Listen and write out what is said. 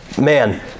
man